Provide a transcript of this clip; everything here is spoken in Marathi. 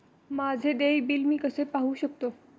माझे देय बिल मी कसे पाहू शकतो?